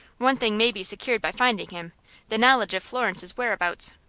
one thing may be secured by finding him the knowledge of florence's whereabouts.